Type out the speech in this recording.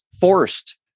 forced